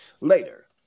Later